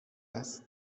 است